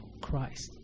Christ